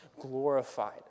glorified